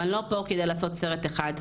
אבל אני לא פה כדי לעשות סרט אחד.